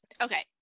Okay